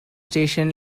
station